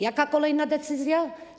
Jaka kolejna decyzja?